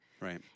Right